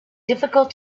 difficult